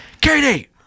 Katie